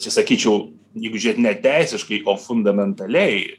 čia sakyčiau jeigu žiūrėt neteisiškai o fundamentaliai